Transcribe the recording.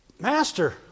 Master